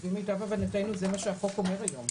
לפי מיטב הבנתנו זה מה שהחוק אומר היום.